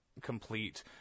complete